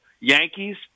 Yankees